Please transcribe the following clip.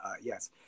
yes